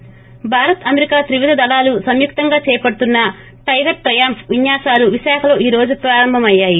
ి భారత్ అమెరికా త్రివిధ దళాలు సంయుక్తంగా చేపడుతున్న టైగర్ ట్రయాంప్ విన్యాశాలు విశాఖలో ఈ రోజు ప్రారంభమయ్నాయి